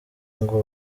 ngo